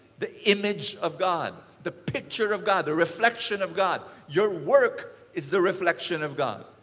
the image of god. the picture of god. the reflection of god. your work is the reflection of god.